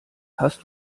hast